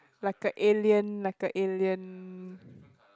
like a alien like a alien